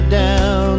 down